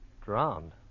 Drowned